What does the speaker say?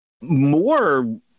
more